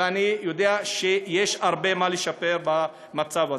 ואני יודע שיש הרבה מה לשפר במצב הזה.